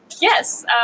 Yes